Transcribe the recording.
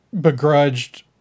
begrudged